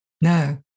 No